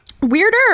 weirder